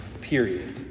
period